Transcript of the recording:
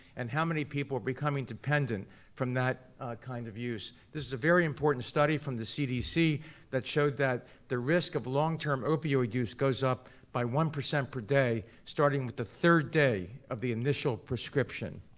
and how many people are becoming dependent from that kind of use. this is a very important study from the cdc that showed that the risk of long-term opioid use goes up by one percent per day, starting with the third day of the initial prescription.